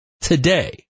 today